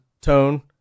tone